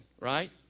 right